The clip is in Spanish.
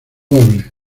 doble